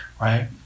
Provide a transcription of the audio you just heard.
right